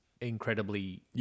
incredibly